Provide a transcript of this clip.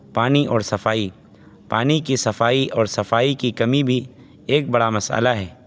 پانی اور صفائی پانی کی صفائی اور صفائی کی کمی بھی ایک بڑا مسئلہ ہے